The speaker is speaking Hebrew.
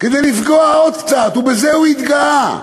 כדי לפגוע עוד קצת, ובזה הוא התגאה.